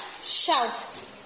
shouts